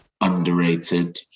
underrated